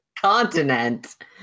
continent